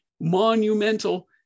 monumental